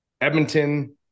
Edmonton